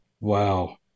Wow